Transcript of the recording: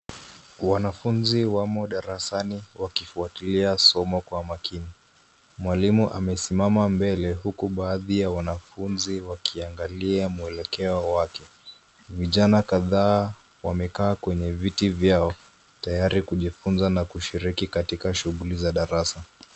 Wanafunzi wamo darani wakifuatilia somo kwa makini. Mwalimu amesimama mbele huku baadhi ya wanafunzi wakiangalia mwelekeo wake. Vijana kadhaa wamekaa kwenye viti vyao tayari kujifunza na kushiriki katika shughuli za darasa.